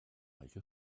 make